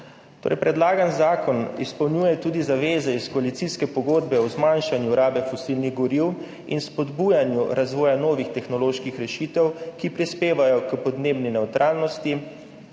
predlagani zakon izpolnjuje tudi zaveze iz koalicijske pogodbe o zmanjšanju rabe fosilnih goriv in spodbujanju razvoja novih tehnoloških rešitev, ki prispevajo k podnebni nevtralnosti,